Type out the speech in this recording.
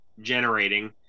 generating